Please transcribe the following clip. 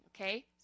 okay